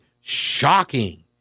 Shocking